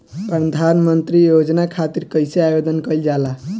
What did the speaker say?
प्रधानमंत्री योजना खातिर कइसे आवेदन कइल जाला?